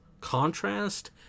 contrast